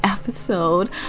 episode